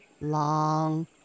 long